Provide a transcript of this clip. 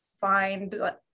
find